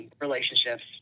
relationships